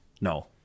No